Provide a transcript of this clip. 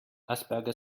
asperger